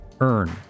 earn